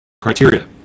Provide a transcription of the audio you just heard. criteria